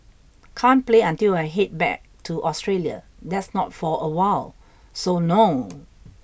can't play until I head back to Australia that's not for awhile so no